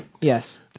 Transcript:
Yes